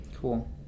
Cool